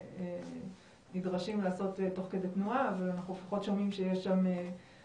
קודם כל אני ביררתי תוך כדי תנועה, מסתבר שבאתר